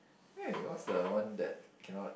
eh what's the one that cannot